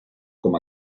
com